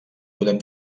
podem